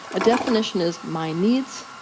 a definition is, my needs,